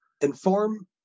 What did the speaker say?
Inform